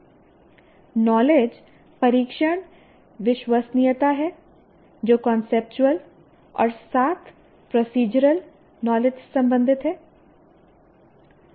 knowledge परीक्षण विश्वसनीयता है जो कांसेप्चुअल और साथ प्रोसीजरल नॉलेज से संबंधित है